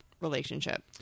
relationship